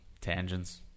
tangents